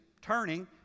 turning